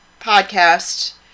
podcast